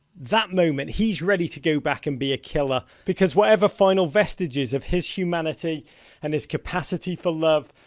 that moment, he's ready to go back and be a killer, because whatever final vestiges of his humanity and his capacity for love,